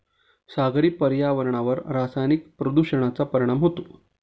सागरी पर्यावरणावर रासायनिक प्रदूषणाचा परिणाम होतो